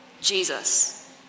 Jesus